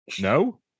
no